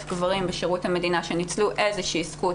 גברים בשירות המדינה שניצלו איזושהי זכות,